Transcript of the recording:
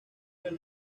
del